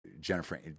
Jennifer